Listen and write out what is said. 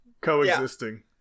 coexisting